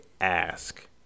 ask